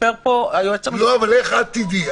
סיפר היועץ המשפטי --- אבל איך את תדעי?